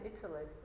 Italy